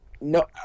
No